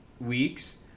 weeks